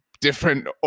different